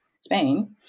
Spain